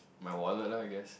my wallet lah I guess